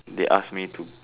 they ask me to